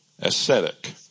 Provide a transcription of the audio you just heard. Aesthetic